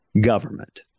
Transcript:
government